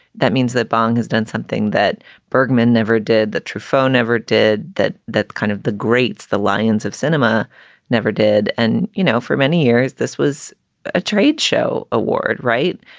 that means that bong has done something that bergman never did, that truffaut never did, that that kind of the greats, the lions of cinema never did. and, you know, for many years, this was a trade show award. right.